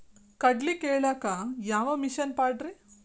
ಕಡ್ಲಿ ಕೇಳಾಕ ಯಾವ ಮಿಷನ್ ಪಾಡ್ರಿ?